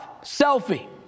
Selfie